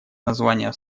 названия